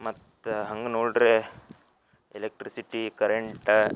ಮತ್ತು ಹಂಗೆ ನೋಡ್ದ್ರೆ ಎಲೆಕ್ಟ್ರಿಸಿಟಿ ಕರೆಂಟ